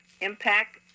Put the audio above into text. Impact